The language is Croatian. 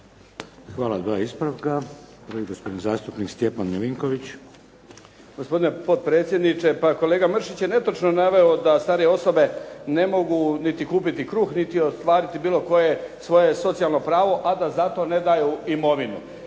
Hvala. Dva ispravka. Prvi gospodin zastupnik Stjepan Milinković. **Milinković, Stjepan (HDZ)** Gospodine potpredsjedniče. Pa kolega Mršić je netočno naveo da starije osobe ne mogu kupiti niti kruh, niti ostvariti bilo koje svoje socijalno pravo, a da zato ne daju imovinu.